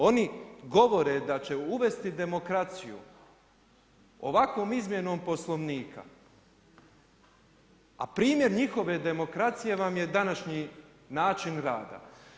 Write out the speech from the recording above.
Oni govore da će uvesti demokraciju ovakvom izmjenom Poslovnika, a primjer njihove demokracije vam je današnji način rada.